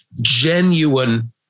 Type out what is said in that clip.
genuine